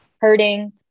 hurting